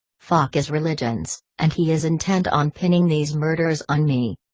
fache is religions, and he is intent on pinning these murders on me.